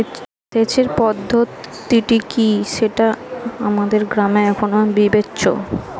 সেচের পদ্ধতিটি কি হবে সেটা আমাদের গ্রামে এখনো বিবেচ্য